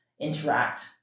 interact